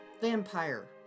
vampire